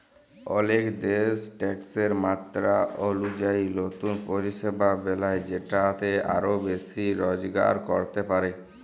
অলেক দ্যাশ ট্যাকসের মাত্রা অলুজায়ি লতুল পরিষেবা বেলায় যেটতে আরও বেশি রজগার ক্যরতে পারে